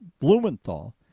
blumenthal